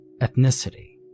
ethnicity